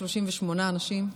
יש 138 אנשים.